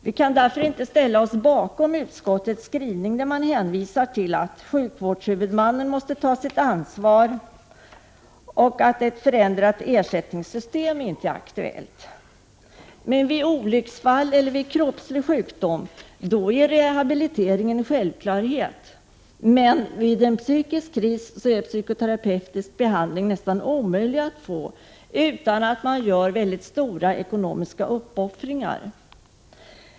Vi kan därför inte ställa oss bakom utskottets skrivning, där man säger att sjukvårdshuvudmannen måste ta sitt ansvar och att ett förändrat ersättningssystem inte är aktuellt. När det gäller olycksfall eller kroppslig sjukdom är rehabilitering en självklarhet. Men när det gäller en psykisk kris är det nästan omöjligt att få psykoterapautisk behandling. Man måste då göra väldigt stora ekonomiska uppoffringar.